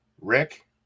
Rick